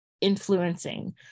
influencing